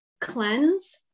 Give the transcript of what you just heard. cleanse